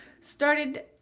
started